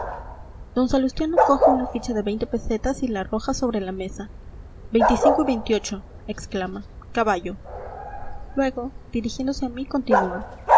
d salustiano coge una ficha de pesetas y la arroja sobre la mesa veinticinco y veintiocho exclama caballo luego dirigiéndose a mí continúa